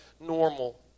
normal